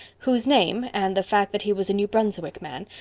whose name, and the fact that he was a new brunswick man,